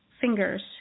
fingers